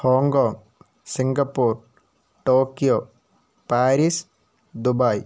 Hong Kong Singapore Tokyo Paris Dubai